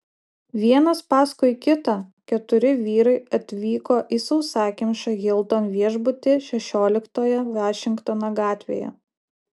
vienas paskui kitą keturi vyrai atvyko į sausakimšą hilton viešbutį šešioliktoje vašingtono gatvėje